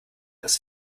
ist